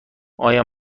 آیا